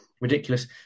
ridiculous